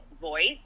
voice